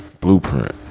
Blueprint